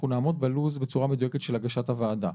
אנחנו נעמוד בלו"ז בצורה מדויקת של הגשת הוועדה.